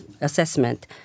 assessment